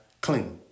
clean